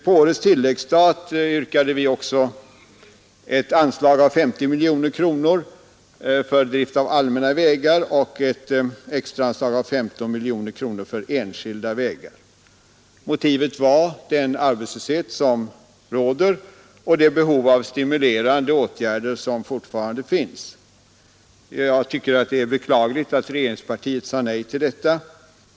På årets tilläggsstat yrkade vi också ett anslag på 50 miljoner kronor för drift av allmänna vägar samt ett extra anslag på 15 miljoner kronor för enskilda vägar. Motivet härför har varit den arbetslöshet som råder och det behov av stimulerande åtgärder som alltjämt finns. Jag tycker det är beklagligt att regeringspartiet sagt nej till detta.